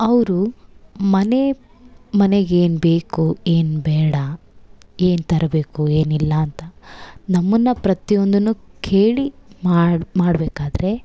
ಅವರು ಮನೆ ಮನೆಗೆ ಏನು ಬೇಕು ಏನು ಬೇಡ ಏನು ತರಬೇಕು ಏನು ಇಲ್ಲ ಅಂತ ನಮ್ಮನ್ನು ಪ್ರತಿಯೊಂದನ್ನು ಕೇಳಿ ಮಾಡು ಮಾಡಬೇಕಾದ್ರೆ